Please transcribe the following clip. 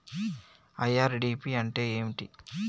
IRDP అంటే ఏమిటి?